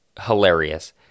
hilarious